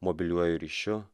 mobiliuoju ryšiu